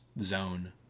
zone